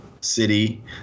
city